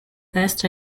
best